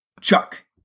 Chuck